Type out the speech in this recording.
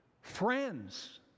friends